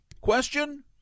Question